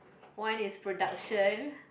one is production